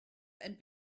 and